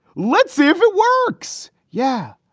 let's see if it works. yeah,